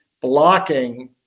blocking